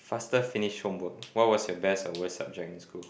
faster finish homework what was your best or worst subject in school